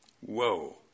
Whoa